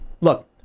Look